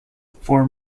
for